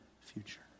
future